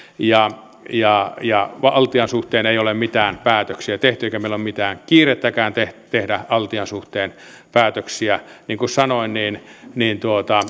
ja ja altian suhteen ei ole mitään päätöksiä tehty eikä meillä ole mitään kiirettäkään tehdä tehdä altian suhteen päätöksiä niin kuin sanoin